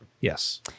Yes